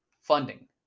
funding